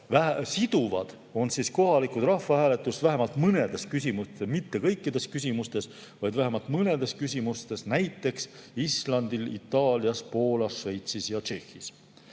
Siduvad on kohalikud rahvahääletused vähemalt mõnedes küsimustes, mitte kõikides küsimustes, vaid vähemalt mõnedes küsimustes, näiteks Islandil, Itaalias, Poolas, Šveitsis ja Tšehhis.